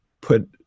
put